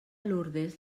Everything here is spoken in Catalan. lourdes